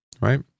Right